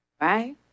Right